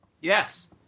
yes